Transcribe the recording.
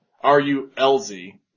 R-U-L-Z